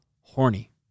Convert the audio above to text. horny